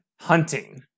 hunting